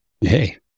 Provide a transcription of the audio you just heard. Hey